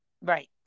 Right